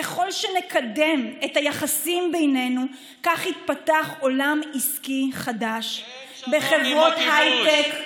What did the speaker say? ככל שנקדם את היחסים בינינו כך ייפתח עולם עסקי חדש בחברות הייטק,